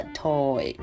toy